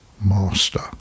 master